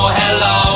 hello